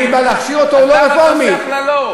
אז למה אתה עושה הכללות?